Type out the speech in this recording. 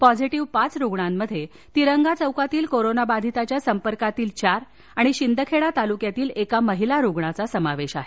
positive पाच रुग्णांमध्ये तिरंगा चौकातील कोरोना बाधिताच्या संपर्कातील चार आणि शिंदखेडा तालुक्यातील एका महिला रुग्णाचा समावेश आहे